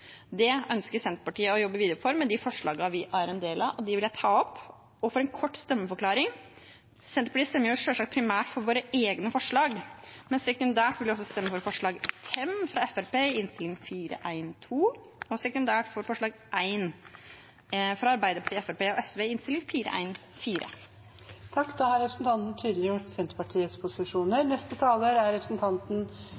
Det ønsker Senterpartiet å jobbe videre for med de forslagene vi er en del av. De forslagene vi har sammen med SV, vil jeg ta opp, og jeg vil også gi en kort stemmeforklaring. Senterpartiet stemmer selvsagt primært for våre egne forslag, men sekundært vil vi også stemme for forslag nr. 5, fra Fremskrittspartiet, i Innst. 412 S for 2020–2021, og sekundært for forslag nr. 1, fra Arbeiderpartiet, Fremskrittspartiet og SV, i Innst. 414 S for 2020–2021. Representanten